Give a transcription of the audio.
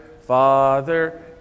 Father